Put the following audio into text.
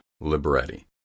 libretti